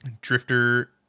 Drifter